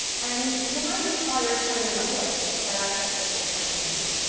and you might require prior knowledge to set up successful campaigns.